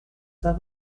saint